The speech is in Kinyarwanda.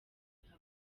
avuga